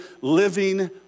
living